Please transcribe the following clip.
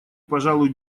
пожалуй